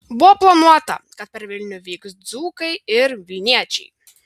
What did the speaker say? buvo planuota kad per vilnių vyks dzūkai ir vilniečiai